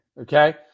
Okay